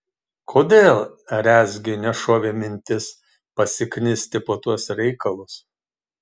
kodėl rezgiui nešovė mintis pasiknisti po tuos reikalus